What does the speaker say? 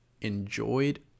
enjoyed